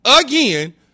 again